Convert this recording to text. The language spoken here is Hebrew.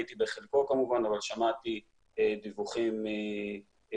הייתי בחלקו כמובן אבל שמעתי דיווחים מרני,